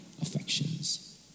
affections